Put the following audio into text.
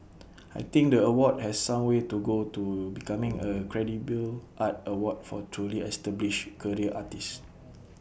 I think the award has some way to go to becoming A credible art award for truly established career artists